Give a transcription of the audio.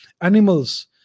Animals